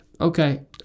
okay